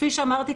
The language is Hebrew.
כפי שאמרתי,